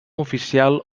oficial